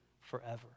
forever